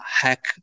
hack